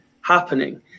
happening